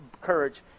courage